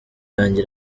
yanjye